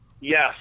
Yes